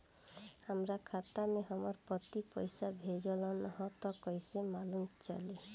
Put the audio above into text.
हमरा खाता में हमर पति पइसा भेजल न ह त कइसे मालूम चलि?